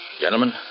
Gentlemen